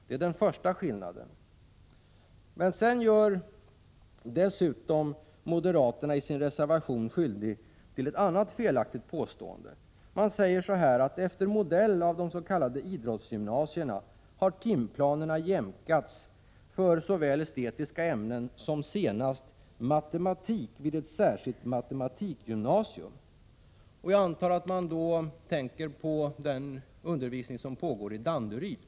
Det är den första skillnaden. Moderaterna gör sig i sin reservation dessutom skyldiga till ett annat felaktigt påstående när de skriver: ”Efter modell av de s.k. idrottsgymnasierna har timplanerna jämkats för såväl estetiska ämnen som, senast, matematik vid ett särskilt s.k. matematikgymnasium.” Jag antar att moderaterna tänker på den undervisning som pågår i Danderyd.